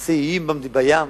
נעשה איים בים?